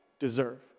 deserve